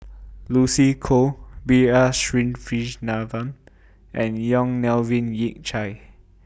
Lucy Koh B R and Yong Melvin Yik Chye